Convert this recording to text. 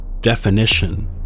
definition